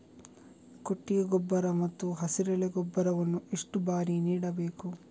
ಕೊಟ್ಟಿಗೆ ಗೊಬ್ಬರ ಮತ್ತು ಹಸಿರೆಲೆ ಗೊಬ್ಬರವನ್ನು ಎಷ್ಟು ಬಾರಿ ನೀಡಬೇಕು?